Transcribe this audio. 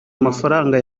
amafaranga